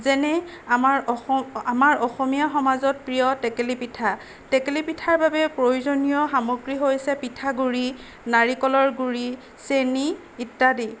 যেনে আমাৰ অস আমাৰ অসমীয়া সমাজত প্ৰিয় টেকেলিপিঠা টেকেলিপিঠাৰ বাবে প্ৰয়োজনীয় সামগ্ৰী হৈছে পিঠাগুড়ি নাৰিকলৰ গুড়ি চেনী ইত্যাদি